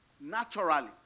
Naturally